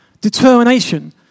determination